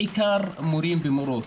בעיקר מורים ומורות,